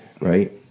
Right